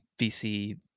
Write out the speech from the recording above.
VC